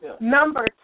Number